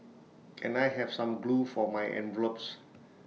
can I have some glue for my envelopes